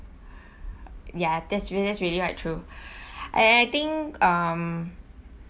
ya that's really that's really quite true and I think um